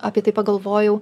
apie tai pagalvojau